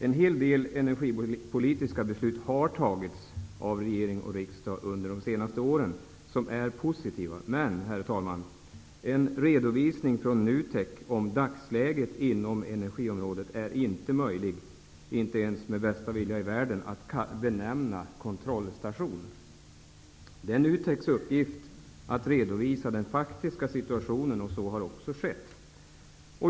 En hel del energipolitiska beslut har fattats av regering och riksdag under de senaste åren, beslut som är positiva. Men, herr talman, en redovisning från NUTEK av dagsläget inom energiområdet är inte möjlig, inte ens med bästa vilja i världen, att benämna kontrollstation. Det är NUTEK:s uppgift att redovisa den faktiska situationen, och så har också skett.